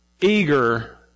eager